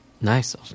Nice